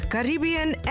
Caribbean